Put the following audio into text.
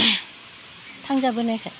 थांजाबोनायखाय